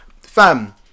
fam